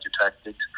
tactics